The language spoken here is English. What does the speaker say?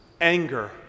anger